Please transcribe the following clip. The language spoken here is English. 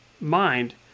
mind